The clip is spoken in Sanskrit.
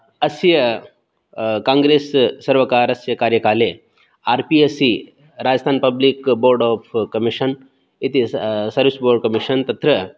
अस्य काङ्ग्रेस् सर्वकारस्य कार्यकाले R P S C Rajasthan public board of commission इति सरिस् बोर्ड् कमिशन् तत्र